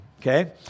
okay